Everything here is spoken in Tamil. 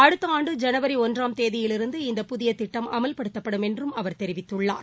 அடுத்த ஆண்டு ஜனவரி ஒன்றாம் தேதியிலிருந்து இந்த புதிய திட்டம் அமல்படுத்தப்படும் என்று அவர் தெரிவித்துள்ளார்